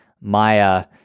Maya